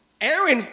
Aaron